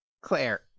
Claire